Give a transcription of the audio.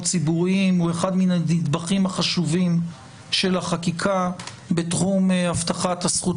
ציבוריים הוא אחד הנדברים החשובים של החקיקה בתחום הבטחת הזכות